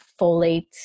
folate